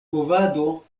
movado